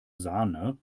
sahne